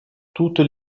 toutes